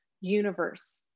universe